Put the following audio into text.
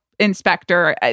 inspector